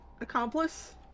accomplice